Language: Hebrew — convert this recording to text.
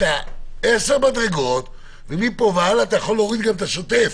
10 מדרגות ומפה והלאה אתה יכול להוריד גם את השוטף.